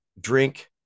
drink